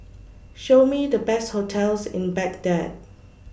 Show Me The Best hotels in Baghdad